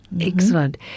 Excellent